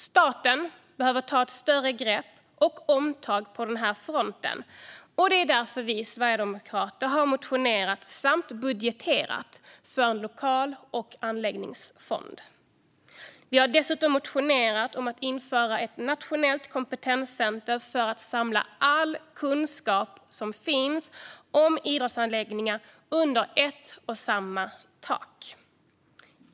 Staten behöver ta ett större grepp och omtag på den här fronten, och det är därför vi sverigedemokrater har motionerat om samt budgeterat för en lokal och anläggningsfond. Vi har dessutom motionerat om att införa ett nationellt kompetenscentrum för att samla all kunskap som finns om idrottsanläggningar under ett och samma tak.